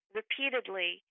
repeatedly